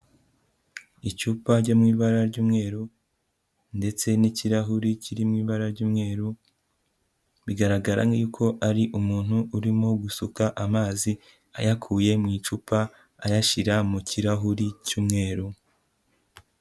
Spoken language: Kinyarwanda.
Icupa ryo mu ibara ry'umweru ndetse n'ikirahuri kiriri mu ibara ry'umweru, bigaragara nk'uko ari umuntu urimo gusuka amazi ayakuye mu icupa ayashyira mu kirahuri cy'umweru.